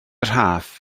rhaff